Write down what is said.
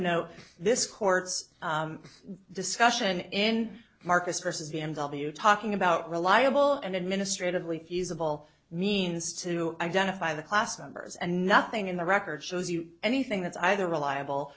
know this court's discussion end marcus versus b m w talking about reliable and administratively feasible means to identify the class members and nothing in the record shows you anything that's either reliable